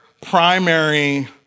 primary